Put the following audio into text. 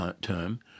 term